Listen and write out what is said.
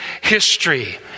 history